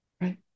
right